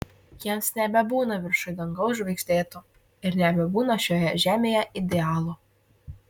jiems nebebūna viršuj dangaus žvaigždėto ir nebebūna šioje žemėje idealo